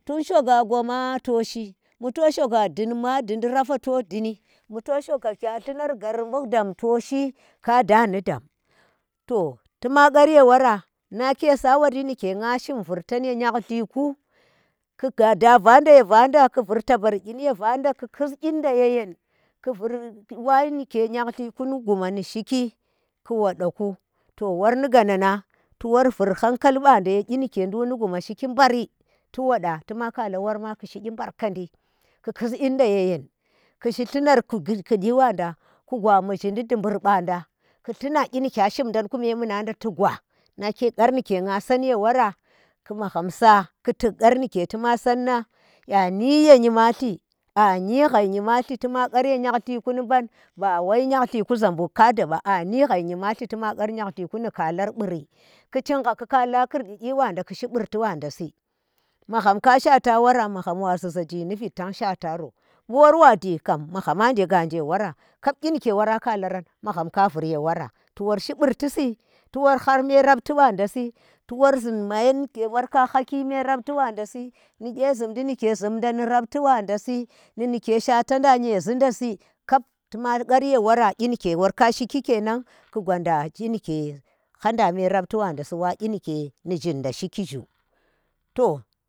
To shoga goma to shi, bu to shoga din ma dindi rafa to dinni, bu to shoga kya llunar ghar bu dam toshi ka da ndi dam to tuma ghar ye wora, nake sawari ndike nga shim vurtan ye nkyahlirku, ku gada vanda ye vanda ku vur tabar kyin ye vanda ku ku vur taban kyin ye vanda ku kus kyinda yeyn ku vur wa nike nyhallirnu ghna shikli ku wada ku, warni gana nang tu war vur hankal banda ye duk nike shiki mbari tu wada tuma kala worma ku shi kyi barkadi ku kus kyinda ye yen ku shi kyi barkadi ku kus kyinda yeye ku shi llunar du bur kur kukyui wada, ku gwa mughidi dubur ɓada ku tlun kyi ni laya shim dan ku memunan da tu gwa nna kye kar ndike nga san ye wora ku magham ku sa ku tuk qar ndike tuma san nang. Anyi ye nyimalti, anyi hai nyimalti tuma qar ye nyhallir ki ni ban ba ba wai ye nyimalti nyhalli ku zambuk kaada ba, anyi hai nyimalti tuma qar nyhallir ni kalar bur ku chinga ku kala kurkukyi bada ku shi burti banda si magham ka shwata wora mgahm wa ziza junndi vid tan shwataro bu wor wa ji kan ma ghama nje ghanje wara kap kyi nike wora kalaran magham ka vur ye wora tu worshi burti si tu wor har me rafti wanda si. tu war zhun ma nike war ka haki mbe rafti wanda si ni kye zumndi ndike zumnda ndi rapti wanda si ndi ndike shwatan da nyezhinda si kap tuma qar ye wora kap kyi nike wor ka shikir ke nan ku gwanda kyi nike handa mbe rafti wanda si wa kyi nike zhinda shiki zhu toh.